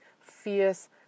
fierce